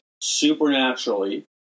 supernaturally